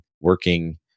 working